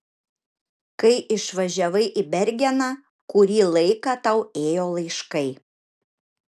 kai išvažiavai į bergeną kurį laiką tau ėjo laiškai